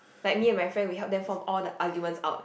like me and my friend we help them form all the arguments out